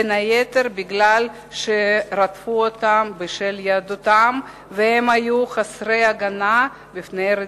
בין היתר בגלל שרדפו אותם בשל יהדותם והם היו חסרי הגנה מפני רדיפה.